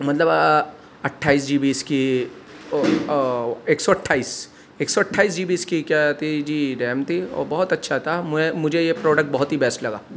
مطلب اٹھایئس GBs کی ایک سو اٹھائیس ایک سو اٹھائیس جی بی اس کی کیا تھی جی ریم تھی اور بہت اچھا تھا مجھے یہ پروڈکٹ بہت ہی بیسٹ لگا